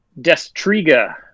Destriga